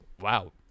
wow